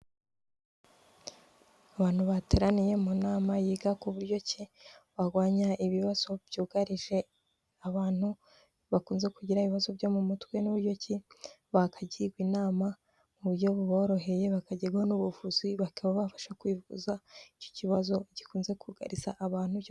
Abantu bateraniye mu nama yiga ku buryo ki warwanya ibibazo byugarije abantu bakunze kugira ibibazo byo mu mutwe, n'uburyo ki bakagirwa inama mu buryo buboroheye bakageho n'ubuvuzi bakaba babafasha kwivuza, icyo kibazo gikunze kugariza abantu.